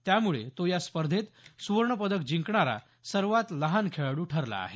त्यामुळे तो या स्पर्धेत सुवर्णपदक जिकंणारा सर्वात लहान खेळाडू ठरला आहे